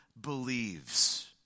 believes